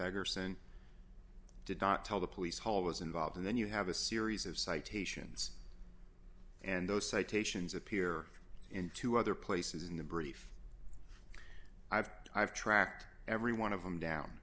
agger sent did not tell the police haul was involved and then you have a series of citations and those citations appear in two other places in the brief i've i've tracked every one of them down